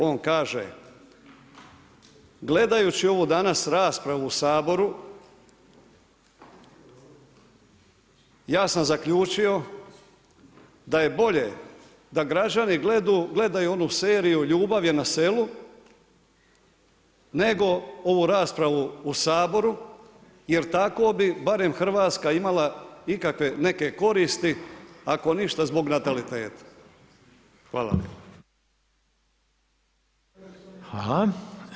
On kaže: „Gledajući ovu danas raspravu u Saboru ja sam zaključio da je bolje da građani gledaju onu seriju „Ljubav je na selu“, nego ovu raspravu u Saboru jer tako bi barem Hrvatska imala ikakve, neke koristi ako ništa zbog nataliteta.“ Hvala lijepa.